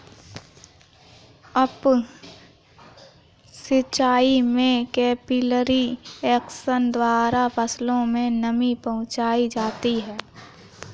up सिचाई में capillary action द्वारा फसलों में नमी पहुंचाई जाती है